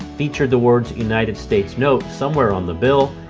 featured the words united states note somewhere on the bill,